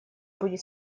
будет